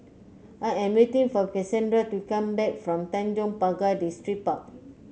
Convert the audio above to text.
I am waiting for Casandra to come back from Tanjong Pagar Distripark